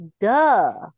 duh